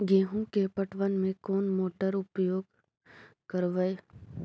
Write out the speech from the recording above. गेंहू के पटवन में कौन मोटर उपयोग करवय?